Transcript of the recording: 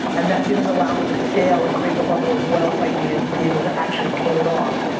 and that didn't allow me to scale and create the level of wealth i needed to be able to actually pull it off.